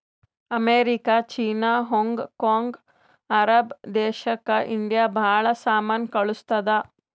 America, China, Hong Kong, Arab ದೇಶಕ್ India ಭಾಳ ಸಾಮಾನ್ ಕಳ್ಸುತ್ತುದ್